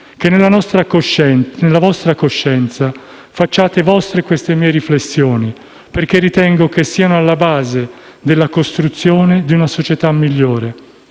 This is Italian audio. che nella vostra coscienza facciate vostre queste mie riflessioni, perché ritengo che siano alla base della costruzione di una società migliore.